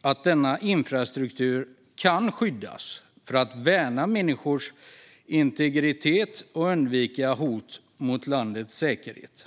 att denna infrastruktur kan skyddas, för att värna människors integritet och undvika hot mot landets säkerhet.